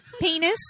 Penis